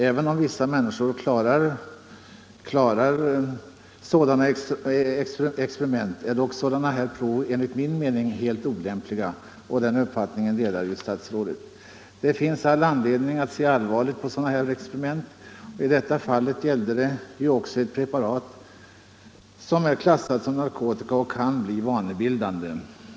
Även om vissa människor klarar sådana här prov är proven enligt min mening helt olämpliga, och den uppfattningen delar ju statsrådet. Det finns all anledning att se allvarligt på sådana experiment; i detta fall gällde det också ett preparat som är klassat som narkotiskt och kan bli vanebildande.